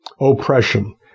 oppression